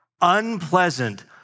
unpleasant